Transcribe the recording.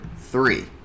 three